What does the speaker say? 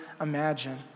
imagine